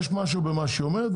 יש משהו במה שהיא אומרת,